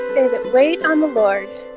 they that wait on the lord